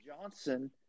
Johnson